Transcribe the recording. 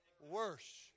worse